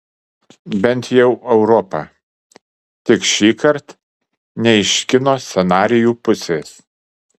bent jau europa tik šįkart ne iš kino scenarijų pusės